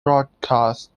broadcast